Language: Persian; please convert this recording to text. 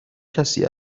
کسی